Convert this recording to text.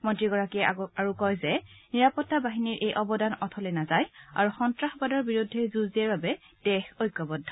মন্ত্ৰীগৰাকীয়ে কয় যে নিৰাপত্তা বাহিনীৰ এই অৱদান অথলে নাযায় আৰু সন্তাসবাদৰ বিৰুদ্ধে যুঁজ দিয়াৰ বাবে দেশ ঐক্যবদ্ধ